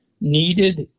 needed